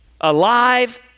Alive